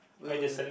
wait wait wait